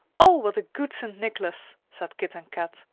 oh, what a good st. nicholas! said kit and kat.